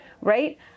right